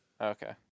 Okay